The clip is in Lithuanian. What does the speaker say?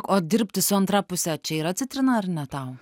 o dirbti su antra puse čia yra citrina ar ne tau